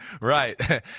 Right